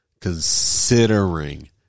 considering